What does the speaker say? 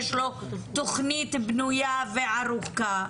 יש לו תוכנית בנויה וערוכה,